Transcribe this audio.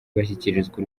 bashyikirizwa